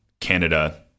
Canada